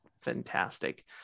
fantastic